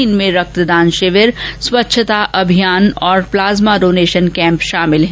इनमें रक्तदान शिविर स्वच्छता अभियान और प्लाज्मा डोनेशन कैम्प शामिल हैं